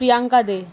Priyanka দে